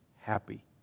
happy